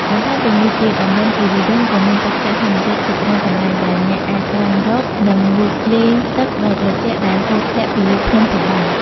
បន្ថែមពីនេះទៀត តំបន់គិរីរម្យក៏មានទឹកធ្លាក់ធម្មជាតិជាច្រើនកន្លែង ដែលអ្នកអាចស្វែងរក និងងូតលេងទឹកដ៏ត្រជាក់ដែលហូរធ្លាក់ពីលើភ្នំផងដែរ។